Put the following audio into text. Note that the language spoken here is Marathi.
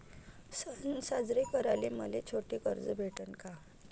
सन साजरे कराले मले छोट कर्ज भेटन का?